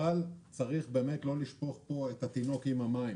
אבל צריך לא לשפוך פה את התינוק עם המים.